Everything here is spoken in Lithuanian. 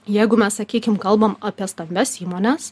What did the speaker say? jeigu mes sakykim kalbam apie stambias įmones